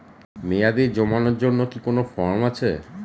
মেয়াদী জমানোর জন্য কি কোন ফর্ম আছে?